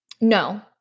No